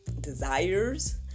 desires